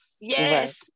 Yes